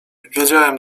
wiedziałem